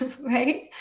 right